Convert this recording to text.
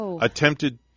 ...attempted